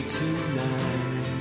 tonight